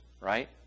right